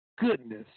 goodness